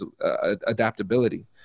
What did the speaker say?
adaptability